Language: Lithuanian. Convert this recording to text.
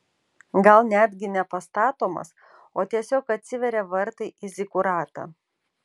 gal netgi ne pastatomas o tiesiog atsiveria vartai į zikuratą